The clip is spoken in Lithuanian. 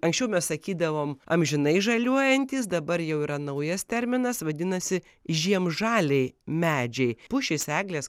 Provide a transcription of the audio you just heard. anksčiau mes sakydavom amžinai žaliuojantys dabar jau yra naujas terminas vadinasi žiemžaliai medžiai pušys eglės